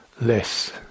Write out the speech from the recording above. less